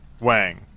Wang